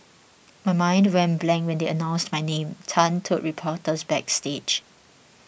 my mind went blank when they announced my name Tan told reporters backstage